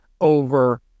over